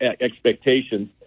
expectations